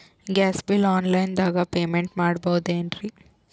Gas bill online ದಾಗ payment ಮಾಡಬೋದೇನ್ರಿ?